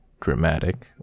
dramatic